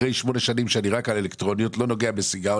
אחרי 8 שנים שאני רק על אלקטרוניות לא נוגע בסיגריות,